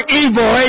evil